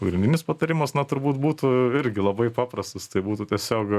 pagrindinis patarimas na turbūt būtų irgi labai paprastas tai būtų tiesiog